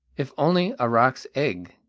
if only a roc's egg,